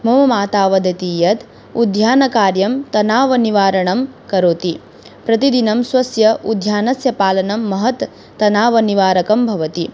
मम माता वदति यत् उद्यानकार्यं तनावनिवारणं करोति प्रतिदिनं स्वस्य उद्यानस्य पालनं महत् तनावनिवारकं भवति